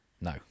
No